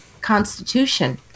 Constitution